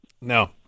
No